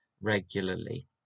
regularly